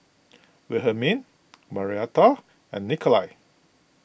Wilhelmine Marietta and Nikolai